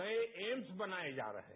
नए एम्स बनाएं जा रहे हैं